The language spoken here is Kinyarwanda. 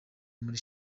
muri